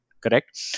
correct